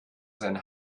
seinen